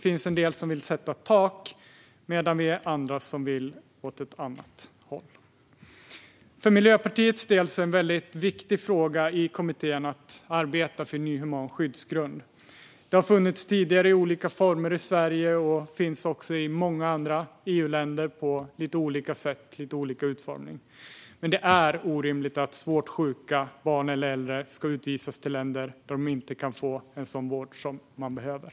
Vissa vill sätta tak medan andra vill gå åt ett annat håll. För Miljöpartiet är en viktig fråga i kommittén att arbeta för en ny human skyddsgrund. Det har tidigare funnits i olika former i Sverige och finns också på lite olika sätt i många andra EU-länder. Det är orimligt att svårt sjuka barn eller äldre ska utvisas till länder där de inte kan få den vård de behöver.